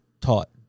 taught